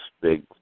big